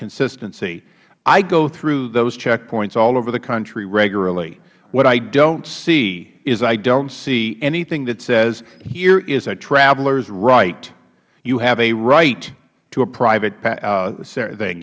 consistency i go through those checkpoints all over the country regularly what i don't see is i don't see anything that says here is a traveler's right you have a right to a private